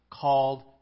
called